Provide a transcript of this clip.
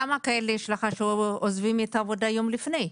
כמה מקרים יש לך שעוזבים את העבודה יום לפני?